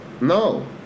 no